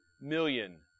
million